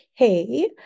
okay